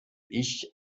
ich